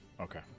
okay